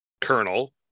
Colonel